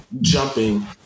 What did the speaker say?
jumping